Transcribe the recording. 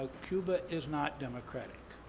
cuba is not democratic.